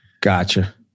Gotcha